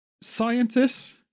Scientists